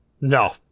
No